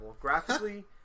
Graphically